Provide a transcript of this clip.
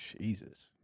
Jesus